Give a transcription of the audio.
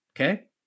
Okay